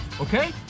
okay